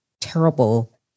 terrible